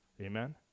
Amen